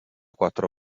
quattro